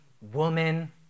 woman